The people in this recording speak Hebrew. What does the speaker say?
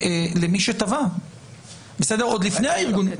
למי שתבע עוד לפני הארגונים.